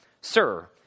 Sir